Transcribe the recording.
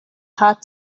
heart